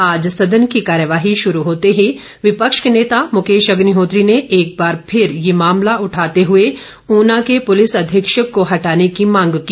आज सदन की कार्यवाही शुरू होते ही विपक्ष के नेता मुकेश अग्निहोत्री ने एक बार फिर ये मामला उठाते हुए ऊना के पुलिस अधीक्षक को हटाने की मांग की